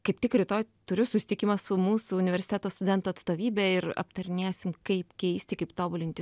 kaip tik rytoj turiu susitikimą su mūsų universiteto studentų atstovybe ir aptarinėsim kaip keisti kaip tobulinti